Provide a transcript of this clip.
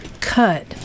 cut